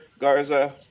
Garza